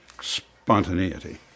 spontaneity